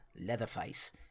Leatherface